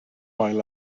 wael